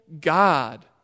God